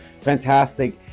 Fantastic